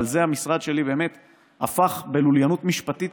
בזה המשרד שלי באמת הפך, לוליינות משפטית